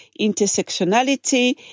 intersectionality